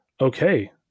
Okay